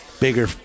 bigger